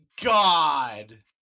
god